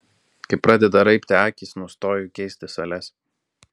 kai pradeda raibti akys nustoju keisti sales